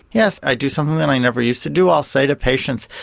yes, i do something that i never used to do, i'll say to patients,